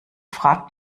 fragt